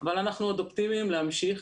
אבל אנחנו עוד אופטימיים להמשיך.